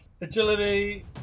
agility